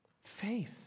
Faith